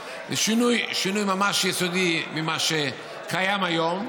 שינוי ממש יסודי ממה שקיים היום,